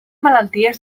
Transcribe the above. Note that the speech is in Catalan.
malalties